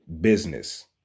business